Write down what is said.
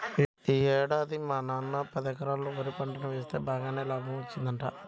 యీ ఏడాది మా నాన్న పదెకరాల్లో వరి పంట వేస్తె బాగానే లాభం వచ్చిందంట